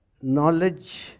knowledge